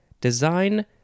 Design